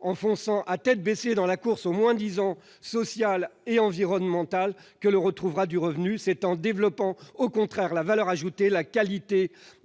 en fonçant tête baissée dans la course au moins-disant social et environnemental que l'on retrouvera du revenu. C'est au contraire en développant la valeur ajoutée, la qualité